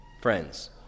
friends